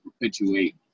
perpetuate